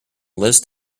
list